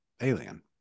alien